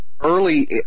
Early